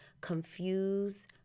confused